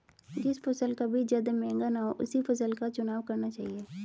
जिस फसल का बीज ज्यादा महंगा ना हो उसी फसल का चुनाव करना चाहिए